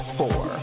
four